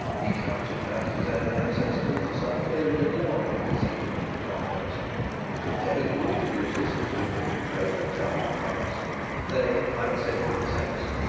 he counted back his own ancestors to some period long antecedent to the conquest and could tell you, if you would listen to him, how it had come to pass that they, like cedric the saxon,